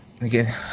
Again